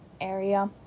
area